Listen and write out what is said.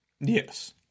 Yes